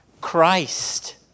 Christ